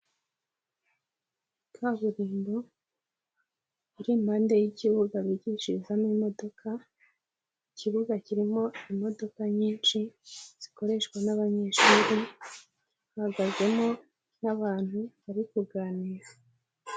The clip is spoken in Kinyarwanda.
Kaburimbo iri impande y'ikibuga bigishirizamo imodoka, ikibuga kirimo imodoka nyinshi zikoreshwa n'abanyeshuri hahagazemo n'abantu bari kuganira.